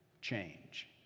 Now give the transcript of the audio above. change